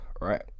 right